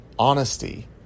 Honesty